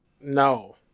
No